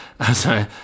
sorry